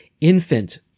infant